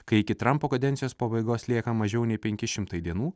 kai iki trampo kadencijos pabaigos lieka mažiau nei penki šimtai dienų